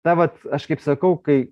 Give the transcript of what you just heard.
ta vat aš kaip sakau kai